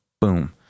Boom